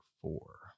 Four